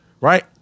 Right